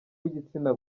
w’igitsina